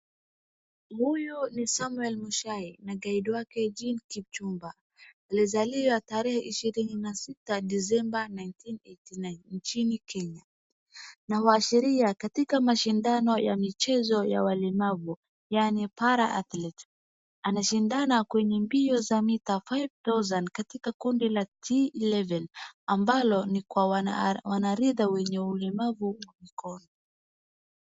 Huyu ni Samuel Mushai na guide wake Jean Kipchumba. Alizaliwa tarehe ishirini na sita Desemba nineteen eighty nine nchini Kenya, na waashiria katika mashindano ya michezo ya walemavu yaani para-athletic . Anashindana kwenye mbio za mita five thousand katika kundi la G11 ambalo ni kwa wanariadha wenye ulemavu huko.